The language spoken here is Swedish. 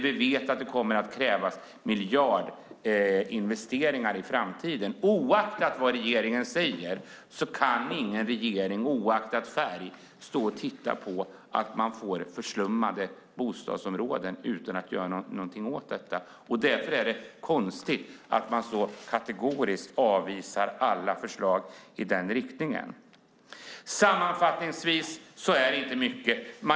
Vi vet att det kommer att krävas miljardinvesteringar i framtiden oavsett vad regeringen säger. Ingen regering oavsett färg kan stå och titta på att man får förslummade bostadsområden utan att man gör någonting åt detta. Därför är det konstigt att man så kategoriskt avvisar alla förslag i den riktningen. Sammanfattningsvis är det inte mycket.